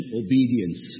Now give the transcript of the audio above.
obedience